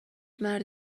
مرد